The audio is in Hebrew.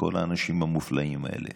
לכל האנשים המופלאים האלה